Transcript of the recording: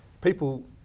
People